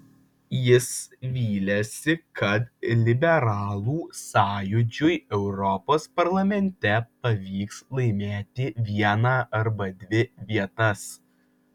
jis vylėsi kad liberalų sąjūdžiui europos parlamente pavyks laimėti vieną arba dvi vietas